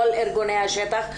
כל ארגוני השטח,